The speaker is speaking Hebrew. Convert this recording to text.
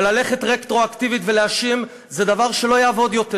ללכת רטרואקטיבית ולהאשים זה דבר שלא יעבוד יותר,